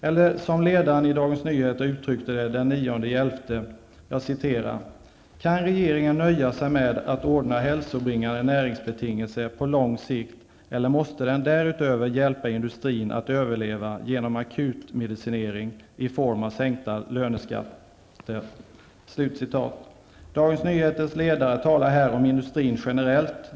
I en ledare i Dagens Nyheter uttrycktes detta på följande sätt den 9 november: Kan regeringen nöja sig med att ordna hälsobringande näringsbetingelser på lång sikt eller måste den därutöver hjälpa industrin att överleva genom akutmedicinering i form av sänkt löneskatt? Dagens Nyheters ledare talar här om industrin generellt.